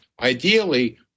ideally